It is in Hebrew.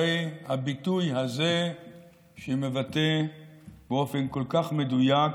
הרי הביטוי הזה מבטא באופן כל כך מדויק